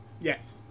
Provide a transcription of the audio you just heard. Yes